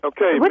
Okay